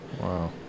wow